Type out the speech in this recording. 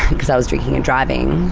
because i was drinking and driving,